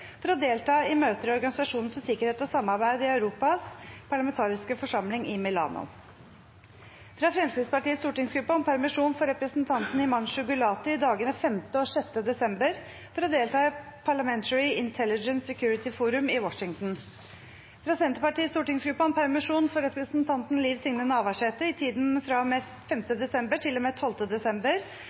for å delta i møter i Organisasjonen for sikkerhet og samarbeid i Europas parlamentariske forsamling i Milano fra Fremskrittspartiets stortingsgruppe om permisjon for representanten Himanshu Gulati i dagene 5. og 6. desember for å delta i Parliamentary Intelligence Security Forum i Washington fra Senterpartiets stortingsgruppe om permisjon for representanten Liv Signe Navarsete i tiden fra og med 5. desember til og med 12. desember